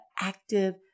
active